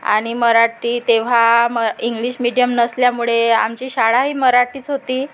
आणि मराठी तेव्हा म इंग्लिश मिडीयम नसल्यामुळे आमची शाळा ही मराठीच होती